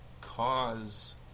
cause